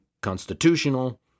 constitutional